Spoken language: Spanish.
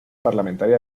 parlamentaria